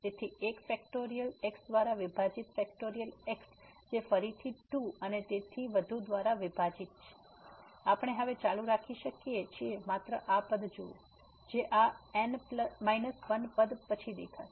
તેથી 1 factorial x દ્વારા વિભાજિત ફેક્ટોરીયલ x જે ફરીથી 2 અને તેથી વધુ દ્વારા વિભાજીત છે આપણે હવે ચાલુ રાખી શકીએ છીએ માત્ર આ પદ જુઓ જે આ N 1 પદ પછી દેખાશે